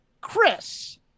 Chris